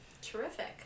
Terrific